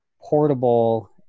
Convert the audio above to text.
Portable